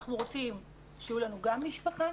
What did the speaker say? אנחנו רוצים שיהיו לנו גם משפחה,